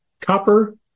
copper